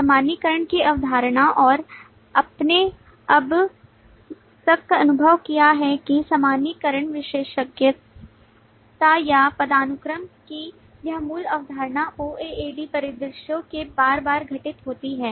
सामान्यीकरण की अवधारणा और आपने अब तक अनुभव किया होगा कि सामान्यीकरण विशेषज्ञता या पदानुक्रम की यह मूल अवधारणा OOAD परिदृश्यों में बार बार घटित होती है